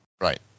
Right